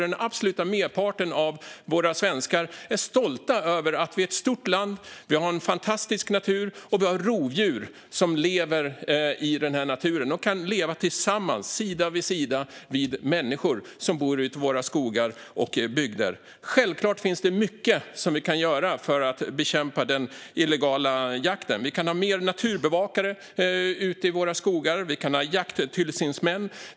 Den absoluta merparten av svenskarna är stolta över att vi är ett stort land, har en fantastisk natur och har rovdjur som lever i den här naturen och kan leva tillsammans och sida vid sida med människor som bor ute i våra skogar och bygder. Självklart kan vi göra mycket för att bekämpa den illegala jakten. Vi kan ha fler naturbevakare ute i skogarna. Vi kan ha jakttillsynsmän.